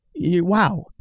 wow